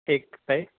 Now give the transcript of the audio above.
سہی